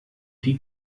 die